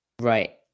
Right